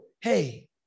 hey